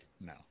No